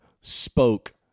spoke